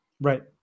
Right